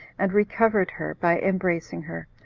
and recovered her, by embracing her,